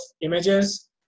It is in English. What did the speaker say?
images